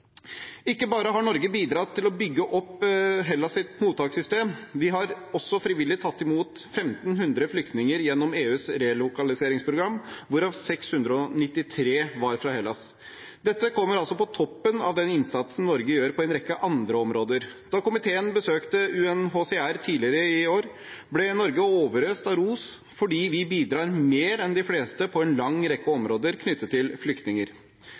Ikke bare har Norge bidratt til å bygge opp mottakssystemet til Hellas. Vi har også frivillig tatt imot 1 500 flyktninger gjennom EUs relokaliseringsprogram, hvorav 693 var fra Hellas. Dette kommer altså på toppen av den innsatsen Norge gjør på en rekke andre områder. Da komiteen besøkte UNHCR tidligere i år, ble Norge overøst av ros fordi vi bidrar mer enn de fleste på en lang rekke områder knyttet til flyktninger.